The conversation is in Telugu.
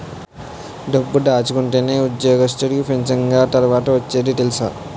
డబ్బు దాసుకుంటేనే ఉద్యోగస్తుడికి పింఛనిగ తర్వాత ఒచ్చేది తెలుసా